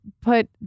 put